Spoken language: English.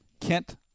Kent